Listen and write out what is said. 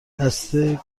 دسته